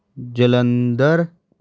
Jalandhar